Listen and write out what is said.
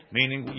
Meaning